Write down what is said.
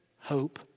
hope